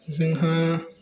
जोंहा